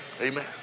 Amen